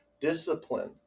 discipline